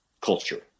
culture